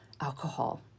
alcohol